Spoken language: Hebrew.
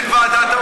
אין ועדה,